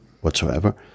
whatsoever